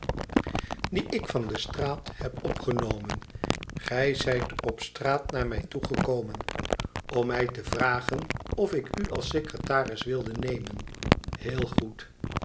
dien ik van de straat heb opgenomen gij zijt op straat naar mij toe gekomen om mij te vragen of ik u als secretaris wilde nemen heel goed